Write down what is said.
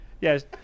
Yes